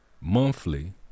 monthly